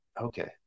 Okay